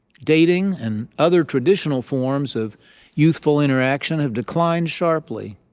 dating and other traditional forms of youthful interaction have declined sharply.